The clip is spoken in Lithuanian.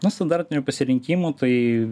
na standartinio pasirinkimo tai